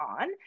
on